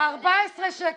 14 שקל.